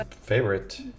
favorite